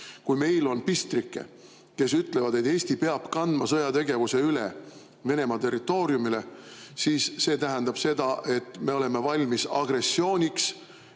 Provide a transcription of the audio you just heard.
Kui meil on pistrikke, kes ütlevad, et Eesti peab kandma sõjategevuse üle Venemaa territooriumile, siis see tähendab seda, et me oleme valmis agressiooniks,